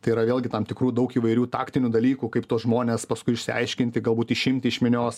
tai yra vėlgi tam tikrų daug įvairių taktinių dalykų kaip tuos žmones paskui išsiaiškinti galbūt išimti iš minios